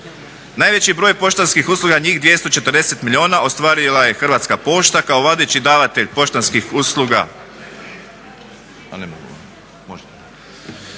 Najveći broj poštanskih usluga, njih 240 milijuna ostvarila je Hrvatska pošta kao vladajući davatelj poštanskih usluga